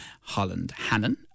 Holland-Hannon